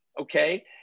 okay